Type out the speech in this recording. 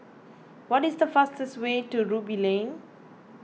what is the fastest way to Ruby Lane